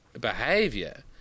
behavior